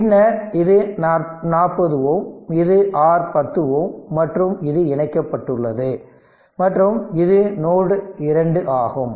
பின்னர் இது 40 Ω இது R 10 Ω மற்றும் இது இணைக்கப்பட்டுள்ளது மற்றும் இது நோடு 2 ஆகும்